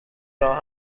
راه